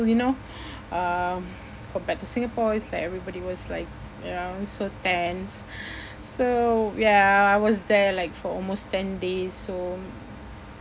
you know uh compared to Singapore it's like everybody was like you know so tense so ya I was there like for almost ten days so